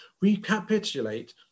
recapitulate